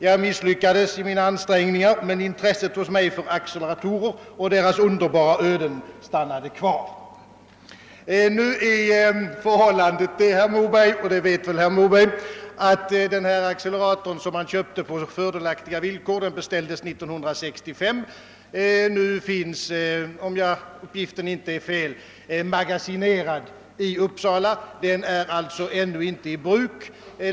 Jag misslyckades då i mina ansträngningar, men mitt intresse för acceleratorer och deras underbara öden har förblivit. Förhållandet är nu det, vilket väl herr Moberg vet, att denna accelerator som beställdes 1965 och köptes på fördelaktiga villkor finns magasinerad i Uppsala — om de uppgifter jag fått inte är felaktiga. Den har som sagt ännu inte tagits i bruk.